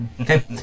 Okay